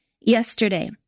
Yesterday